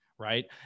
right